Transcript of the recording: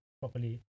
properly